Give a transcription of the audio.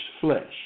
flesh